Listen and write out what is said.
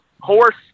horse